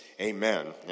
Amen